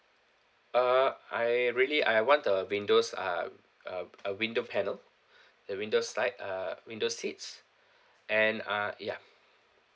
uh I really I want a windows a a a window panel the window side uh windows seats and a ya